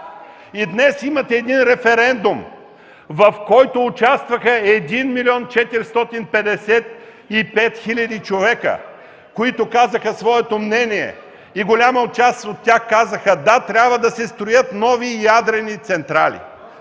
и днес имат един референдум, в който участваха един милион 455 хиляди човека, които казаха своето мнение. Голяма част от тях казаха: „Да, трябва да се строят нови ядрени централи”.